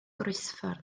groesffordd